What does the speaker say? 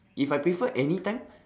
if I prefer anytime